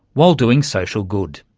while doing social good.